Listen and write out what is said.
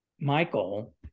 Michael